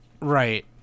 Right